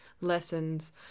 lessons